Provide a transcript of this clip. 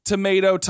tomato